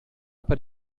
per